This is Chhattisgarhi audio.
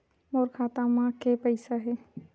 मोर खाता म के पईसा हे?